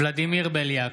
ולדימיר בליאק,